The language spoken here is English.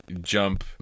jump